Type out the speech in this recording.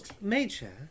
Major